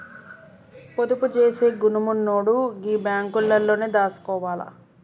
పొదుపు జేసే గుణమున్నోడు గీ బాంకులల్లనే దాసుకోవాల